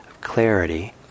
clarity